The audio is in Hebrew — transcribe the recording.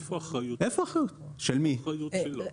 איפה האחריות שלו?